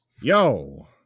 Yo